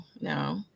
no